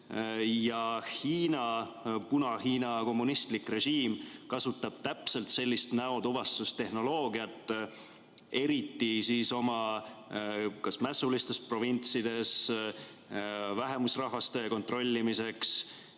Puna-Hiina kommunistlik režiim kasutab täpselt sellist näotuvastustehnoloogiat, eriti oma mässulistes provintsides, vähemusrahvaste kontrollimiseks,